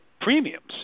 premiums